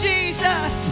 Jesus